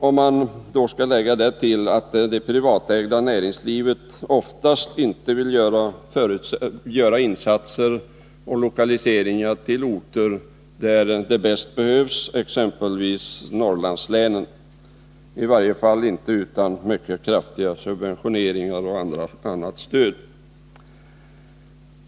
Därtill kan läggas att det privatägda näringslivet oftast inte vill lokalisera till orter där sysselsättning bäst behövs, exempelvis i Norrlandslänen — i varje fall inte utan mycket kraftig subventionering och annat stöd.